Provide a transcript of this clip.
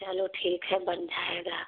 चलो ठीक है बन जाएगा